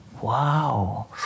Wow